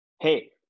hey